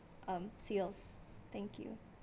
um sales thank you